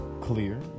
clear